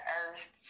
earth